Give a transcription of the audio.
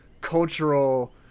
cultural